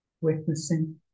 witnessing